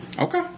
Okay